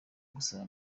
gusaba